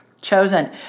chosen